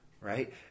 right